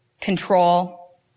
control